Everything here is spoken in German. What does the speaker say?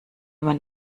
man